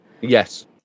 Yes